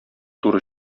туры